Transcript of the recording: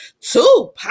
two